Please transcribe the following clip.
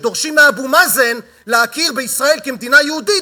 שדורשים מאבו מאזן להכיר בישראל כמדינה יהודית